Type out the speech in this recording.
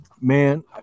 Man